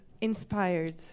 inspired